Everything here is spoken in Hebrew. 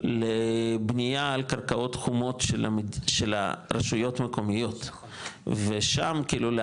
לבנייה על קרקעות חומות של הרשויות המקומיות ושם כאילו,